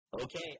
Okay